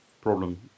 problem